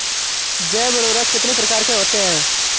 जैव उर्वरक कितनी प्रकार के होते हैं?